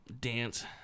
dance